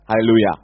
Hallelujah